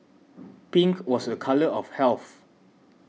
pink was a colour of health